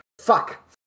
fuck